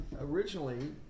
originally